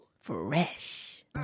fresh